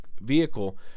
vehicle